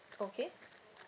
okay